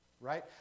right